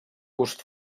gust